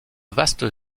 vaste